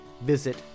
Visit